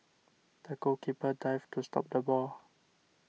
the goalkeeper dived to stop the ball